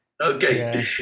Okay